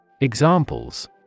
Examples